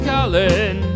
Colin